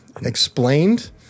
explained